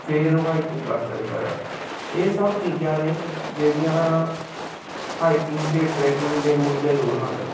ਫੇਰ ਉਹ ਹਾਈਕਿੰਗ ਕਰ ਸਕਦਾ ਆ ਇਹ ਸਭ ਚੀਜ਼ਾਂ ਨੇ ਜਿਹੜੀਆਂ ਹਾਈਕਿੰਗ ਅਤੇ ਟਰੈਕਿੰਗ ਦੇ ਮੁੱਢਲੇ ਰੂਲ ਹਨ